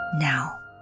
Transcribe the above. now